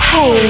Hey